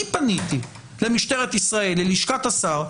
אני פניתי למשטרת ישראל, ללשכת השר,